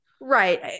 right